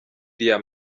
iriya